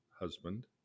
husband